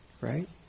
right